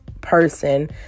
person